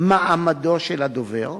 מעמדו של הדובר,